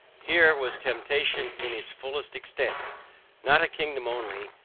here was temptation in its fullest extent not a kingdom only,